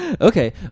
Okay